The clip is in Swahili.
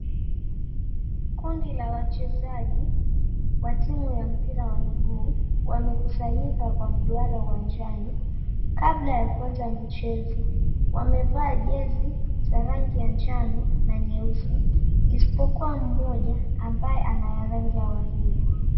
Kundi la wachezaji wa timu ya mpira ya miguu wamekusanyika kwa mduara uwanjani kabla ya kuanza mchezo. Wamevaa jezi ya rangi ya njano na nyeusi, isipokua mmoja ambaye ana ya rangi ya waridi.